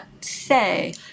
say